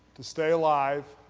to stay alive,